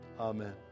Amen